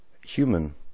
human